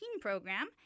program